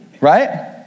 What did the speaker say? right